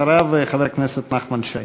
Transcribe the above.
אחריו, חבר הכנסת נחמן שי.